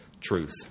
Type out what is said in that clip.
truth